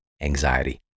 Anxiety